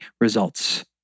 results